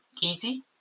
easy